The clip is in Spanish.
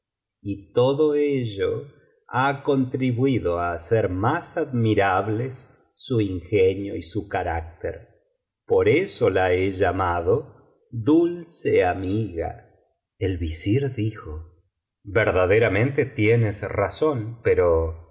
y todo ello ha contribuido á hacer más admirables su ingenio y su carácter por eso la he llamado dulce amiga el visir dijo verdaderamente tienes razón pero